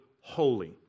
holy